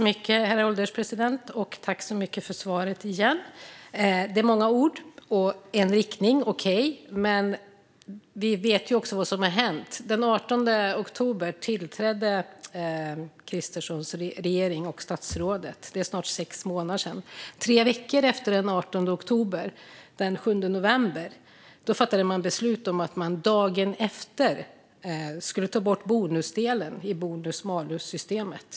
Herr ålderspresident! Tack så mycket för svaret igen, statsrådet! Det är många ord. Det finns en riktning, okej, men vi vet ju också vad som har hänt. Den 18 oktober tillträdde Kristerssons regering och statsrådet. Det är snart sex månader sedan. Tre veckor efter den 18 oktober, den 7 november, fattade regeringen beslut om att dagen efter ta bort bonusdelen i bonus malus-systemet.